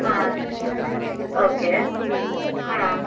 ಹಾಂ ಓಕೆ ಹಾಂ